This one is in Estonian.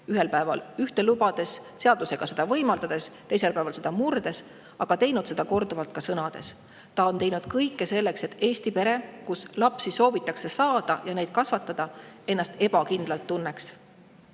ühel päeval ühte lubades ja seadusega seda võimaldades, teisel päeval seda murdes, vaid ta on teinud seda korduvalt ka sõnades. Ta on teinud kõik selleks, et Eesti pere, kus lapsi soovitakse saada ja neid kasvatada, ennast ebakindlalt tunneks.